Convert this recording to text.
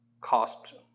cost